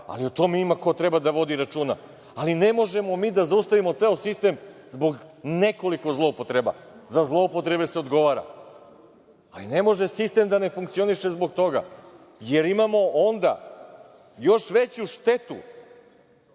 ali o tome ima ko treba da vodi računa, ali ne možemo mi da zaustavimo ceo sistem zbog nekoliko zloupotreba. Za zloupotrebe se odgovara. Ne može sistem da ne funkcioniše zbog toga, jer imamo onda još veću štetu